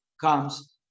comes